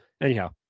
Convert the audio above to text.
anyhow